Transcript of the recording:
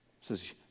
says